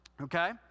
Okay